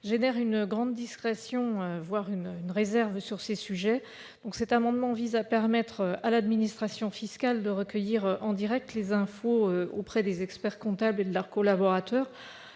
impose une grande discrétion, voire une réserve sur ces sujets. Cet amendement vise à permettre à l'administration fiscale de recueillir en direct les informations auprès des experts-comptables et de leurs collaborateurs